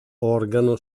organo